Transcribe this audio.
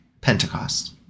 Pentecost